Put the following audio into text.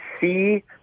see